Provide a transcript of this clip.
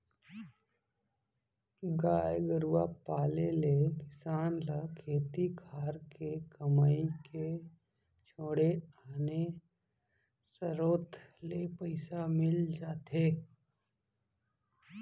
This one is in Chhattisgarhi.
गाय गरूवा पाले ले किसान ल खेती खार के कमई के छोड़े आने सरोत ले पइसा मिल जाथे